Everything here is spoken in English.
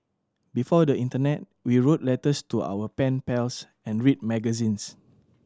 before the internet we wrote letters to our pen pals and read magazines